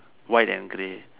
white and grey